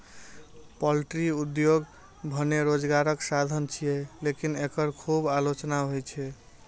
poultry उद्योग भने रोजगारक साधन छियै, लेकिन एकर खूब आलोचना होइ छै